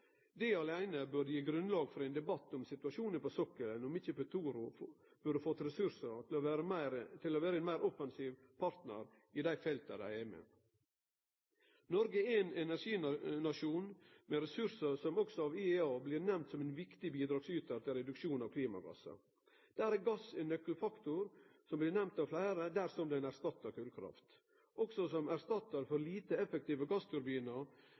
Det åleine burde gi grunnlag for ein debatt om situasjonen på sokkelen og om ikkje Petoro burde fått ressursar til å vere ein meir offensiv partnar på dei felta der dei er med. Noreg er ein energinasjon med ressursar, ein nasjon som også IEA nemner som ein viktig bidragsytar når det gjeld reduksjon av klimagassar. Gass er ein nøkkelfaktor – som blir nemnd av fleire – dersom han erstattar kolkraft. Også som erstattarar for lite effektive gassturbinar